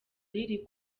riri